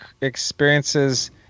experiences